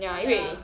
ya